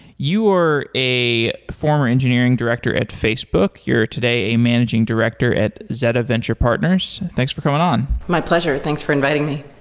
you are a former engineering director at facebook. you're today a managing director at zetta venture partners. thanks for coming on. my pleasure. thanks for inviting me.